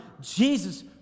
Jesus